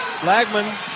Flagman